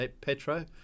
Petro